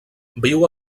viu